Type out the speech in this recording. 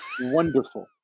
Wonderful